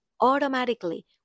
automatically